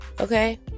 Okay